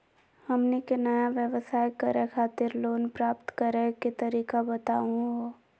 हमनी के नया व्यवसाय करै खातिर लोन प्राप्त करै के तरीका बताहु हो?